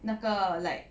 那个 like